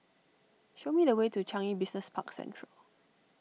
show me the way to Changi Business Park Central